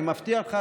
אני מבטיח לך,